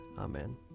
Amen